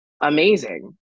amazing